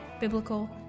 biblical